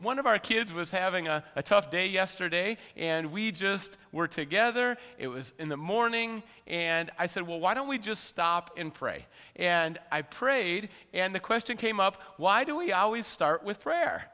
one of our kids was having a tough day yesterday and we just were together it was in the morning and i said well why don't we just stop and pray and i prayed and the question came up why do we always start with prayer